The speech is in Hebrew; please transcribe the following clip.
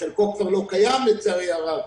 חלקו כבר לא קיים לצערי הרב,